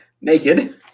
naked